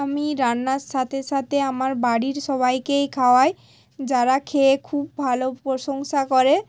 আমি রান্নার সাথে সাতে আমার বাড়ির সবাইকেই খাওয়াই যারা খেয়ে খুব ভালো প্রশংসা করে